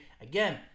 again